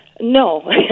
No